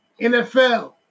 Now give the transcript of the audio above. NFL